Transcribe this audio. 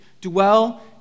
dwell